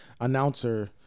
announcer